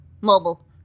Mobile